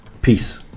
Peace